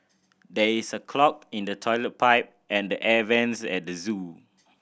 there is a clog in the toilet pipe and the air vents at the zoo